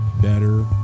better